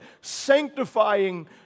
sanctifying